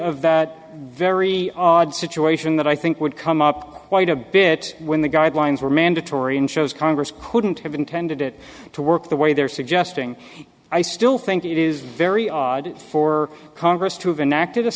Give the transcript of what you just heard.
of that very odd situation that i think would come up quite a bit when the guidelines were mandatory in shows congress couldn't have intended it to work the way they're suggesting i still think it is very odd for congress to